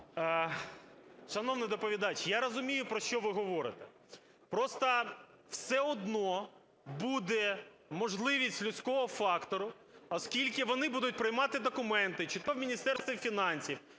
Шановний доповідач, я розумію про що ви говорите. Просто все одно буде можливість людського фактору, оскільки вони будуть приймати документи чи то Міністерства фінансів,